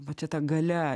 va čia ta galia